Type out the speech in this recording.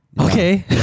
Okay